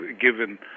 given